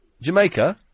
Jamaica